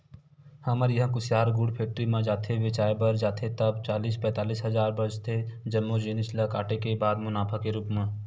हमर इहां कुसियार गुड़ फेक्टरी म जाथे बेंचाय बर जाथे ता चालीस पैतालिस हजार बचथे जम्मो जिनिस ल काटे के बाद मुनाफा के रुप म